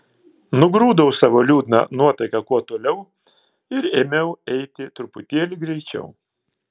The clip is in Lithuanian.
nugrūdau savo liūdną nuotaiką kuo toliau ir ėmiau eiti truputėlį greičiau